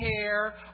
care